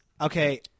Okay